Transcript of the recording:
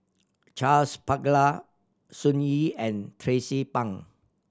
Charles Paglar Sun Yee and Tracie Pang